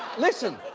listen,